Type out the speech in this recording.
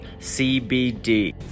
CBD